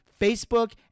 Facebook